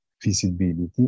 Feasibility